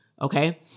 okay